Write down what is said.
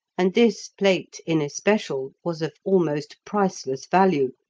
and this plate in especial was of almost priceless value,